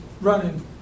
running